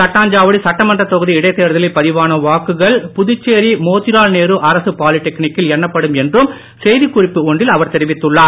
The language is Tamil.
தட்டாஞ்சாவடி சட்டமன்ற தொகுதி இடைத்தேர்தலில் பதிவான வாக்குகள் புதுச்சேரி மோதிலால் நேரு அரசு பாலிடெக்னிக் கில் நடைபெறும் என்றும் செய்திக்குறிப்பு ஒன்றில் அவர் தெரிவித்துள்ளார்